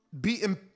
beating